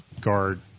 guard